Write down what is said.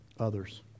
others